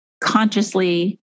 consciously